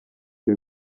que